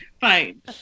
Fine